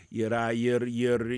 yra ir ir